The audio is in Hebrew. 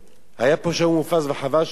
היה פה שאול מופז וחבל שהוא יצא,